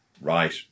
Right